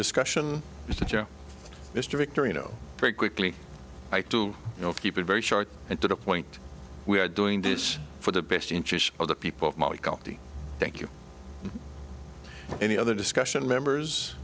discussion mr mr richter you know very quickly i do know people very short and to the point we are doing this for the best interest of the people thank you any other discussion members